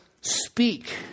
speak